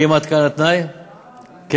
האם עד כאן התנאי, כן?